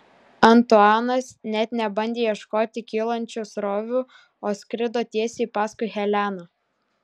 antuanas net nebandė ieškoti kylančių srovių o skrido tiesiai paskui heleną